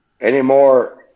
anymore